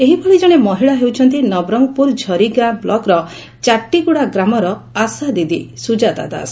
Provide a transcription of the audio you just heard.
ଏହିଭଳି ଜଣେ ମହିଳା ହେଉଛନ୍ତି ନବରଙ୍ଗପୁର ଝରିଗାଁ ଗାଁ ବ୍ଲକର ଚାଟିଗୁଡା ଗ୍ରାମର ଆଶା ଦିଦି ସୁଜାତା ଦାସ